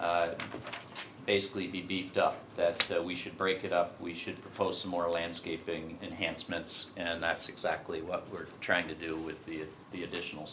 should basically be beefed up that we should break it up we should propose more landscaping enhancements and that's exactly what we're trying to do with the additional